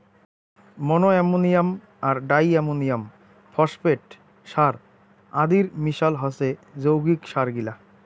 মনো ammonium আর di ammonium phosphate সার আদির মিশাল হসে যৌগিক সারগিলা